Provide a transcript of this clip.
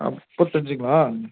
முப்பத்தஞ்சுங்களா